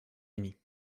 unis